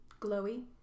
glowy